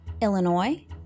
Illinois